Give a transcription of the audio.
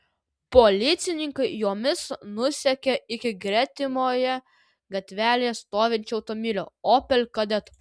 policininkai jomis nusekė iki gretimoje gatvelėje stovinčio automobilio opel kadett